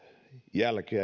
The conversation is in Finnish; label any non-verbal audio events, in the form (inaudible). jälkeä (unintelligible)